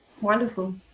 wonderful